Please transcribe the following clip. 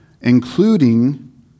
including